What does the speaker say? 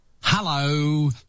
hello